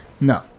No